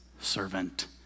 servant